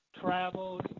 travels